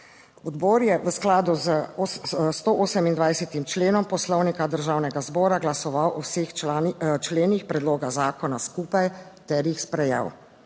Odbor je v skladu s 128. členom Poslovnika Državnega zbora glasoval o vseh členih predloga zakona skupaj ter jih sprejel.